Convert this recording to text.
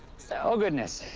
so oh goodness.